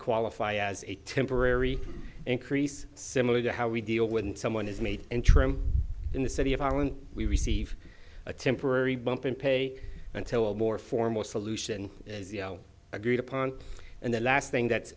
qualify as a temporary increase similar to how we deal with someone is made and trim in the city of ireland we receive a temporary bump in pay until a more formal solution is agreed upon and the last thing that's